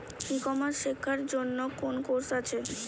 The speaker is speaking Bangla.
ই কমার্স শেক্ষার জন্য কোন কোর্স আছে?